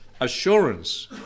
assurance